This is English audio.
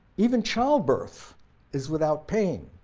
even childbirth is without pain,